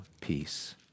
peace